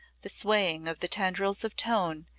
the swaying of the tendrils of tone,